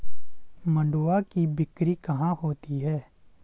मंडुआ की बिक्री कहाँ होती है?